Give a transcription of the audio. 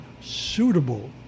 suitable